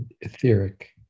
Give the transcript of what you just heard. etheric